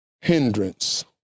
hindrance